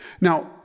Now